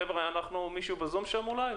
חבר'ה, מישהו בזום שם אולי?